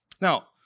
Now